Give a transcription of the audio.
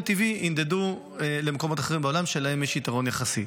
טבעי ינדדו למקומות אחרים בעולם שיש להם יתרון יחסי.